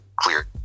clear